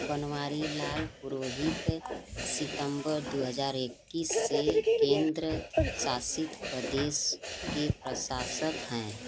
बनवारीलाल पुरोहित सितम्बर दो हज़ार इक्कीस से केंद्र शासित प्रदेश के प्रशासक हैं